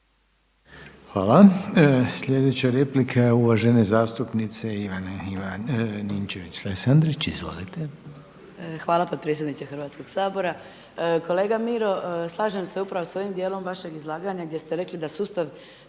Hvala. Sljedeća replika je uvažene zastupnice Ivane Ninčević-Lesandrić. Izvolite. **Ninčević-Lesandrić, Ivana (MOST)** Hvala potpredsjedniče Hrvatskog sabora. Kolega Miro slažem se upravo sa ovim dijelom vašeg izlaganja gdje ste rekli da sustav